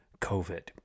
COVID